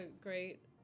great